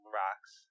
rocks